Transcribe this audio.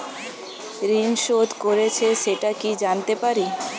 ঋণ শোধ করেছে সেটা কি জানতে পারি?